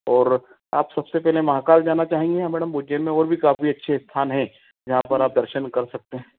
और आप सबसे पहले महाकाल जाना चाहेंगे या मैडम उज्जैन में और भी काफ़ी अच्छे स्थान हैं जहाँ पर आप दर्शन कर सकते हैं